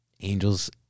Angels